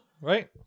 right